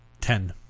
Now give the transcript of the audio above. Ten